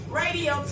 radio